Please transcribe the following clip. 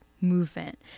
movement